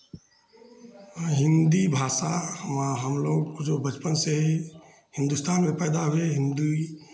हिन्दी भाषा हम हमलोग जो बचपन से ही हिंदुस्तान में पैदा हुए हिंदी ही